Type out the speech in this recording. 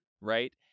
right